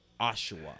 Oshawa